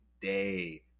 day